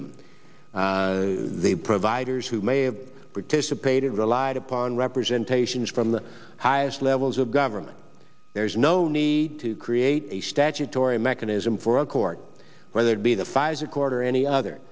them the providers who may have participated relied upon representation is from the highest levels of government there is no need to create a statutory mechanism for a court whether it be the as a quarter any other